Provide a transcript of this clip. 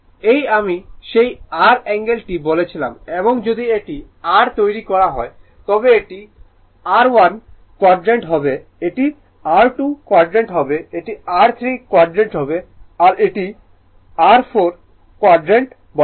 এবং আমি সেই r অ্যাঙ্গেল টি বলেছিলাম এবং যদি এটি r তৈরি করা হয় তবে এটি R1st কুয়াড্রান্ট হবে এটি R2nd কুয়াড্রান্ট হবে এটি R3rd এটি 4th কুয়াড্রান্ট বলা হয়